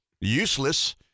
useless